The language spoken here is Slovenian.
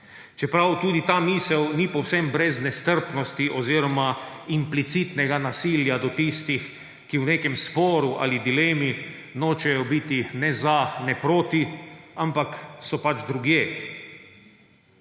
Čeprav tudi ta misel ni povsem brez nestrpnosti oziroma implicitnega nasilja do tistih, ki v nekem sporu ali dilemi nočejo biti ne za ne proti, ampak so pač drugje.